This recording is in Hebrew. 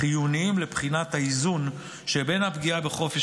החיוניים לבחינת האיזון בין הפגיעה בחופש